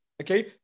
okay